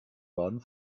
baden